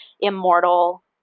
immortal